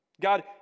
God